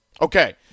Okay